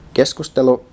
keskustelu